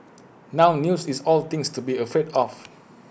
now news is all things to be afraid of